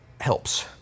helps